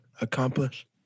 accomplish